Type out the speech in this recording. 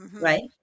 right